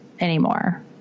anymore